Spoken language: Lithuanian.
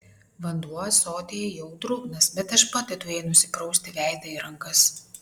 vanduo ąsotyje jau drungnas bet aš padedu jai nusiprausti veidą ir rankas